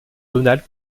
donald